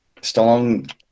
Stallone